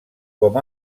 com